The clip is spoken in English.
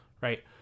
right